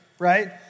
right